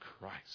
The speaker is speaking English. Christ